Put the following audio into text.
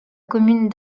commune